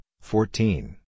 fourteen